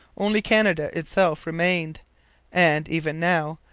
only canada itself remained and, even now,